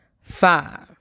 five